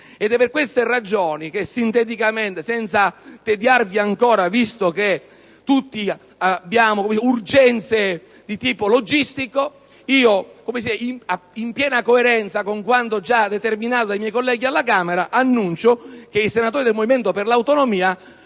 È per queste ragioni che sinteticamente (senza voler tediare ancora l'Aula, visto che tutti abbiamo urgenze di tipo logistico), in piena coerenza con quanto già determinato dai miei colleghi della Camera, annuncio che i senatori del Gruppo Misto-Movimento per le Autonomie